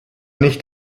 nicht